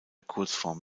kurzform